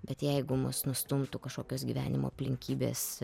bet jeigu mus nustumtų kažkokios gyvenimo aplinkybės